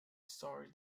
story